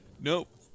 Nope